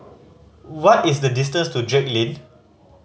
what is the distance to Drake Lane